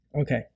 Okay